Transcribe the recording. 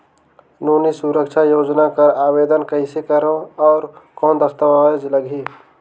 नोनी सुरक्षा योजना कर आवेदन कइसे करो? और कौन दस्तावेज लगही?